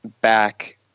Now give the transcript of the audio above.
back